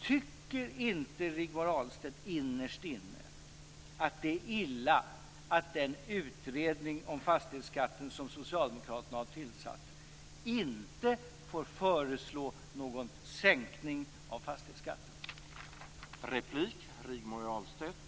Tycker inte Rigmor Ahlstedt innerst inne att det är illa att den utredning om fastighetsskatten som Socialdemokraterna har tillsatt inte får föreslå någon sänkning av fastighetsskatten?